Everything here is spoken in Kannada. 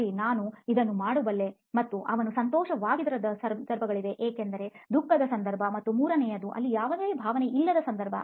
ಸರಿ ನಾನು ಇದನ್ನು ಮಾಡಬಲ್ಲೆ ಮತ್ತು ಅವನು ಸಂತೋಷವಾಗಿರದ ಸಂದರ್ಭಗಳಿವೆ ಎಂದರೆ ದುಃಖದ ಸಂದರ್ಭ ಮತ್ತು ಮೂರನೆಯದು ಅಲ್ಲಿ ಯಾವುದೇ ಭಾವನೆ ಇಲ್ಲದ ಸಂದರ್ಭ